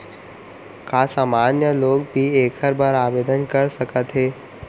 का सामान्य लोग भी एखर बर आवदेन कर सकत हे?